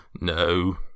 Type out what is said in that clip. No